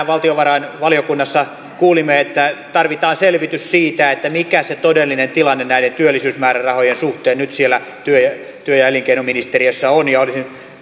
valtiovarainvaliokunnassa kuulimme että tarvitaan selvitys siitä mikä se todellinen tilanne näiden työllisyysmäärärahojen suhteen nyt siellä työ ja työ ja elinkeinoministeriössä on